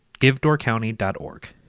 givedoorcounty.org